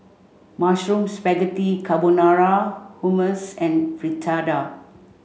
Mushroom Spaghetti Carbonara Hummus and Fritada